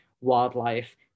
wildlife